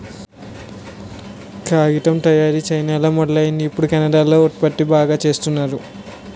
కాగితం తయారీ చైనాలో మొదలైనా ఇప్పుడు కెనడా లో ఉత్పత్తి బాగా చేస్తున్నారు